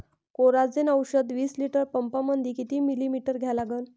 Coragen औषध विस litre पंपामंदी किती मिलीमिटर घ्या लागन?